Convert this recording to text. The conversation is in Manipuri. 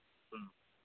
ꯎꯝ